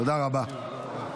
תודה רבה.